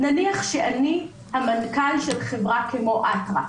נניח שאני המנכ"ל של חברה כמו אטרף,